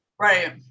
Right